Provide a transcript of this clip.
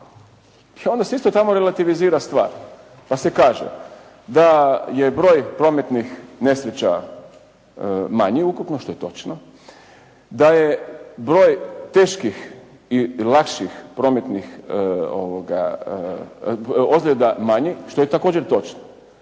Onda se isto tamo relativizira stvar pa se kaže da je broj prometnih nesreća manji ukupno što je točno. Da je broj teških i lakših prometnih ozljeda manji što je također točno,